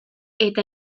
eta